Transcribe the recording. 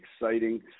exciting